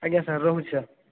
ଆଜ୍ଞା ସାର୍ ରହୁଛି ସାର୍